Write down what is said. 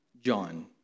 John